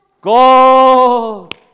God